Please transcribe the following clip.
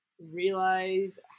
realize